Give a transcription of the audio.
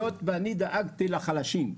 בגלל שאני דאגתי לחלשים.